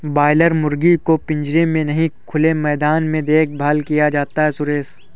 boiler मुर्गी को पिंजरे में नहीं खुले मैदान में देखभाल किया जाता है सुरेश